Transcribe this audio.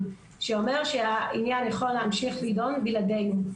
שאומרת שהעניין יכול להמשיך להידון בלעדינו.